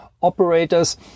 operators